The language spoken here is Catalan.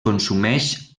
consumeix